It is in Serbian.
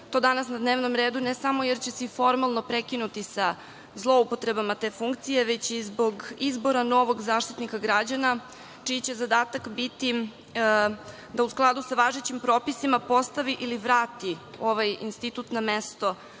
to danas na dnevnom redu, ne samo jer će se i formalno prekinuti sa zloupotrebama te funkcije, već i zbog izbora novog Zaštitnika građana, čiji će zadatak biti da u skladu sa važećim propisima postavi ili vrati ovaj institut na mesto